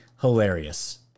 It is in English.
hilarious